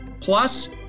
Plus